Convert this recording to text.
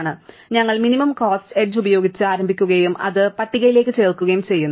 അതിനാൽ ഞങ്ങൾ minimum cost edge ഉപയോഗിച്ച് ആരംഭിക്കുകയും അത് പട്ടികയിലേക്ക് ചേർക്കുകയും ചെയ്യുന്നു